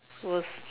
was